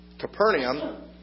Capernaum